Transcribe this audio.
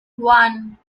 one